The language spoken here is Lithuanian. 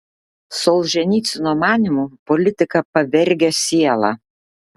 solženicyno manymu politika pavergia sielą